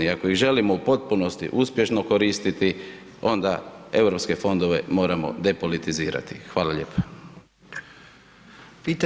Ako ih želimo u potpunosti uspješno koristiti, onda europske fondove moramo depolitizirati, hvala lijepo.